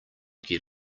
get